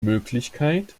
möglichkeit